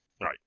Right